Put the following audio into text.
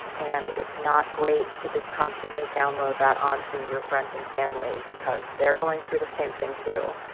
and it's not great to just constantly download that onto your friends and family because they're going through the same thing, too.